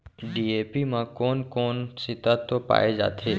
DAP म कोन कोन से तत्व पाए जाथे?